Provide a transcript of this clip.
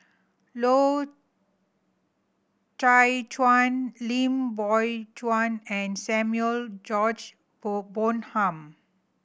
Loy Chye Chuan Lim Biow Chuan and Samuel George Bonham